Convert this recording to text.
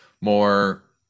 more